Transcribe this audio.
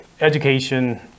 education